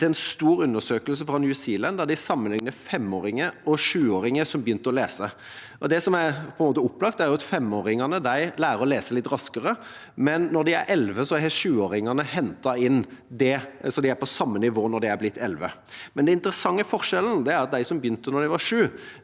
til en stor undersøkelse fra New Zealand, der de sammenligner femåringer og sjuåringer som har begynt å lese. Det som er opplagt, er at femåringene lærer å lese litt raskere, men når de er elleve, har sjuåringene hentet det inn, og de er på samme nivå når de er blitt elleve. Den interessante forskjellen er at de som begynte da de var sju,